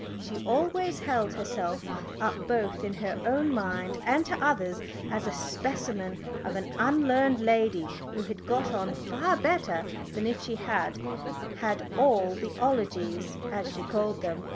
she always held herself up both in her own mind and to others as a specimen of an un learned lady who had got on far better than if she had had all the ologies, as she called them,